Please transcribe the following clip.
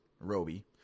Roby